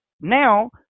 now